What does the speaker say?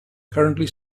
currently